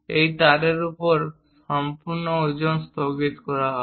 এই তারের উপর সম্পূর্ণ ওজন স্থগিত করা হবে